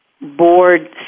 board